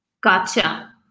Gotcha